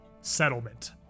settlement